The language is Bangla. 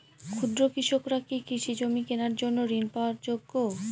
ক্ষুদ্র কৃষকরা কি কৃষি জমি কেনার জন্য ঋণ পাওয়ার যোগ্য?